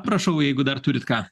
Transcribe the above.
prašau jeigu dar turit ką